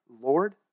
Lord